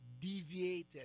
deviated